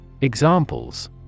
Examples